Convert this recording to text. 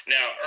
Now